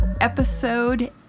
episode